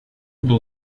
был